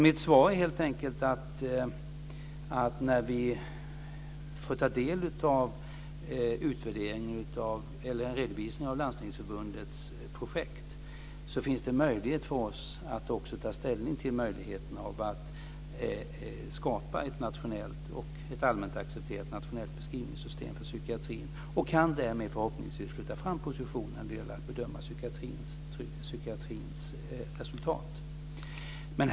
Mitt svar är helt enkelt att när vi får ta del av en redovisning av Landstingsförbundets projekt finns det möjlighet för oss att också ta ställning till möjligheterna av att skapa ett allmänt accepterat nationellt beskrivningssystem för psykiatrin och därmed flytta fram positionerna när det gäller att bedöma psykiatrins resultat.